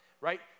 right